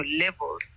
levels